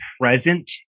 present